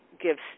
gives